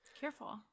careful